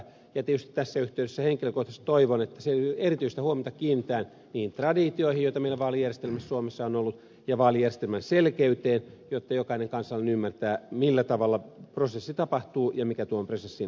tietysti tässä yhteydessä henkilökohtaisesti toivon että siinä erityistä huomiota kiinnitetään niin traditioihin joita meillä vaalijärjestelmässä suomessa on ollut ja vaalijärjestelmän selkeyteen jotta jokainen kansalainen ymmärtää millä tavalla prosessi tapahtuu ja mikä tuon prosessin lopputulos on